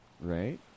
Right